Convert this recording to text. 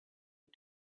you